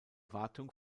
wartung